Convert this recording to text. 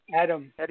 Adam